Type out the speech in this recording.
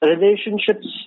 relationships